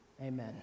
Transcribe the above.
Amen